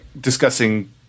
discussing